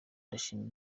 ndashima